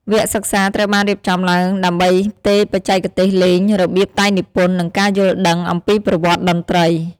វគ្គសិក្សាត្រូវបានរៀបចំឡើងដើម្បីផ្ទេរបច្ចេកទេសលេង របៀបតែងនិពន្ធ និងការយល់ដឹងអំពីប្រវត្តិតន្ត្រី។